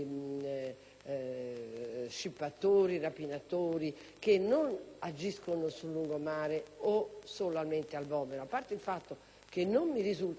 scippatori, di rapinatori, che non agiscono sul lungomare o solamente al Vomero. Peraltro, non mi risulta che il sistema